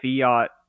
fiat